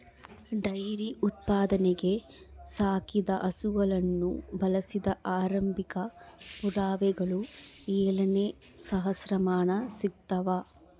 dairy ಉತ್ಪಾದನೆಗೆ ಸಾಕಿದ ಹಸುಗಳನ್ನು ಬಳಸಿದ ಆರಂಭಿಕ ಪುರಾವೆಗಳು ಏಳನೇ ಸಹಸ್ರಮಾನ ಸಿಗ್ತವ